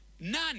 None